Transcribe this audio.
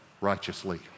righteously